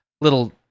little